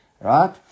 Right